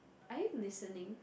are you listening